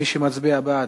מי שמצביע בעד,